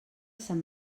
sant